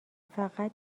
فقط